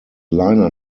liner